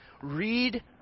read